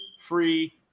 free